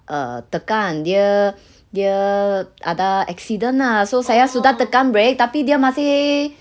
err tekan dia dia ada accident lah saya sudah tekan break tapi dia masih